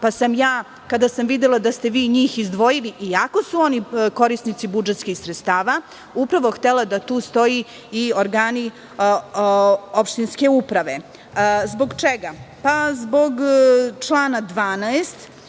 pa sam ja, kada sam videla da ste vi njih izdvojili iako su oni korisnici budžetskih sredstava, upravo htela da tu stoji - i organi opštinske uprave. Zbog čega? Zbog člana 12,